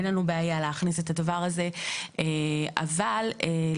אין לנו בעיה להכניס את הדבר הזה אבל לעניין